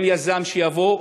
כל יזם שיבוא,